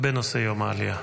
בנושא יום העלייה.